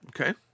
Okay